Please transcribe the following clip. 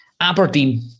Aberdeen